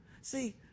See